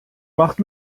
macht